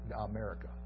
America